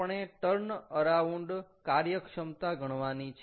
આપણે turn around કાર્યક્ષમતા ગણવાની છે